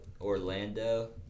Orlando